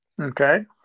Okay